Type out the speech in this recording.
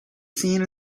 seen